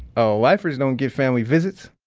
oh, lifers don't get family visits.